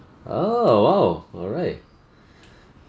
oh !wow! alright